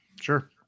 sure